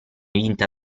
vinta